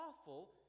awful